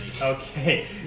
Okay